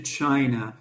china